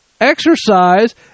exercise